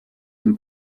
dem